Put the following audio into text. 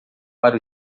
para